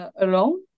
alone